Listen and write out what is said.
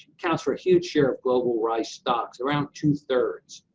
accounts for a huge share of global rice stocks, around two-thirds.